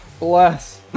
bless